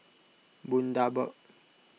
Bundaberg